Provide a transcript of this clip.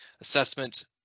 assessment